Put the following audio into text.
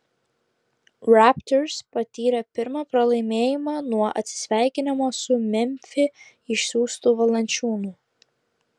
raptors patyrė pirmą pralaimėjimą nuo atsisveikinimo su į memfį išsiųstu valančiūnu